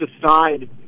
decide